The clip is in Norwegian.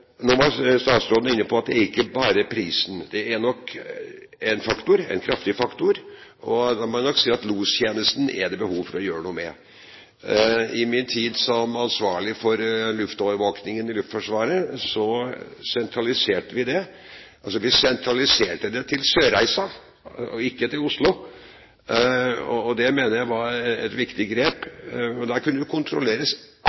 nå var statsråden inne på at det er ikke bare prisen, men det er nok en kraftig faktor her. Så må jeg si at lostjenesten er det behov for å gjøre noe med. I min tid som ansvarlig for luftovervåkningen i Luftforsvaret sentraliserte vi den. Vi sentraliserte den til Sørreisa og ikke til Oslo. Det mener jeg var et viktig